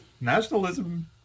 nationalism